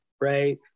right